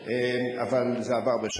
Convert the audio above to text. לא אמרתי פגיעתו רעה,